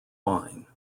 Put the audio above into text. wine